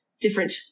different